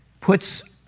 puts